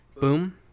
Boom